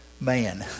man